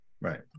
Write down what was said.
Right